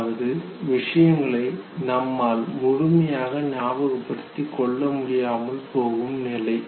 அதாவது விஷயங்களை நம்மால் முழுமையாக ஞாபகப்படுத்திக் கொள்ள முடியாமல் போகும் நிலை